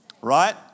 right